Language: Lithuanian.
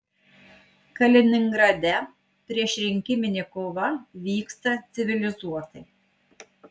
kaliningrade priešrinkiminė kova vyksta civilizuotai